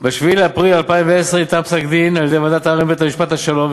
"ביום 7 באפריל 2010 ניתן פסק-דין על-ידי ועדת העררים בבית-משפט השלום",